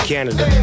Canada